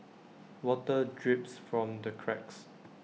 water drips from the cracks